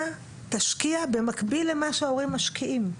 תשקיע במקביל למה שההורים משקיעים.